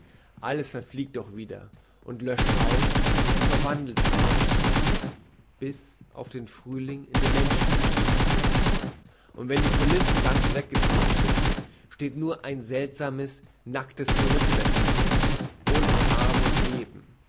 alles verfliegt doch wieder und löscht aus und verwandelt sich bis auf den frühling in dem menschenherzen und wenn die koulissen ganz weggezogen sind steht nur ein seltsames nacktes gerippe dahinter ohne farbe und leben